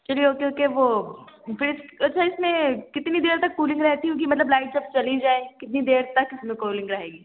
چلیے okay okay وہ پھر اچھا اس میں کتنی دیر تک کولنگ رہتی ہوگی مطلب لائٹ جب چلی جائے کتنی دیر تک اس میں کولنگ رہے گی